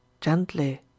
gently